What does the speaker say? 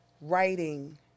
writing